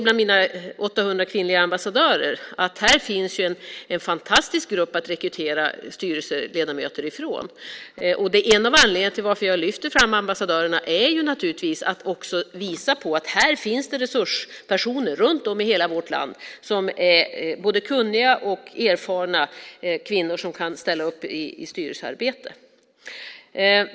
Bland mina 800 kvinnliga ambassadörer ser jag att här finns en fantastisk grupp att rekrytera styrelseledamöter från. En av anledningarna till att jag lyfter fram ambassadörerna är naturligtvis att jag vill visa på att här finns resurspersoner runt om i hela vårt land som är både kunniga och erfarna kvinnor som kan ställa upp i styrelsearbete.